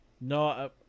No